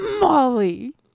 molly